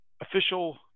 official